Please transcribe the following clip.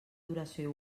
duració